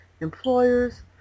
employers